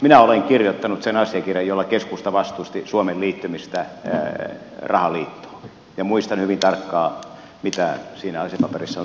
minä olen kirjoittanut sen asiakirjan jolla keskusta vastusti suomen liittymistä rahaliittoon ja muistan hyvin tarkkaan mitä siinä asiapaperissa on sanottu